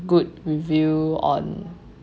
good review on